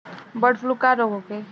Bird flu का रोग होखे?